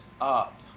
up